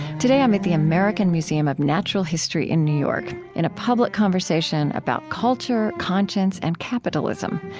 today i'm at the american museum of natural history in new york, in a public conversation about culture, conscience, and capitalism,